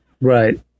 Right